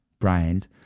brand